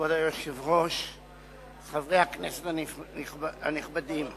חברי כנסת נכבדים,